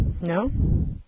No